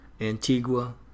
Antigua